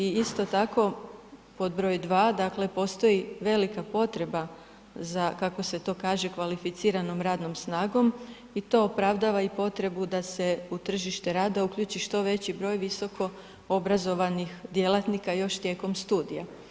I isto tako, pod broj dva, dakle postoji velika potreba za kako se to kaže kvalificiranom radnom snagom i to opravdava i potrebu da se u tržište rada uključi što veći broj visokoobrazovanih djelatnika još tijekom studija.